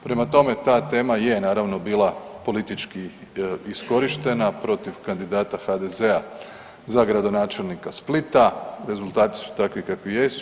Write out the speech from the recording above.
Prema tome, ta tema je naravno bila politički iskorištena protiv kandidata HDZ-a za gradonačelnika Splita, rezultati su takvi kakvi jesu.